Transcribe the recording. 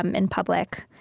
um in public.